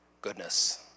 Goodness